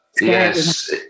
yes